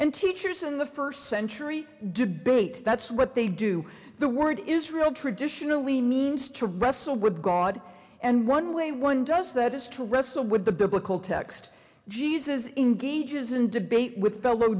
and teachers in the first century debate that's what they do the word israel traditionally means to wrestle with god and one way one does that is to wrestle with the biblical text jesus in gauges and debate with fellow